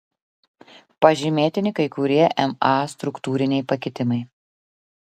pažymėtini kai kurie ma struktūriniai pakitimai